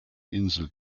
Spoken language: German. insel